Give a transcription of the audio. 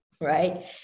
right